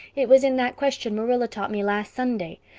it was in that question marilla taught me last sunday.